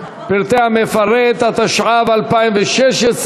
פרטי המפרט), התשע"ו 2016,